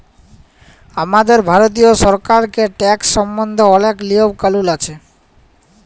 আমাদের ভারতীয় সরকারেল্লে ট্যাকস সম্বল্ধে অলেক লিয়ম কালুল আছে